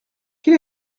quel